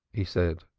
he said.